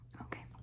Okay